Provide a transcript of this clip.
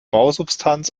bausubstanz